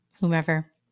whomever